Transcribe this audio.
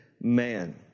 man